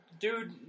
dude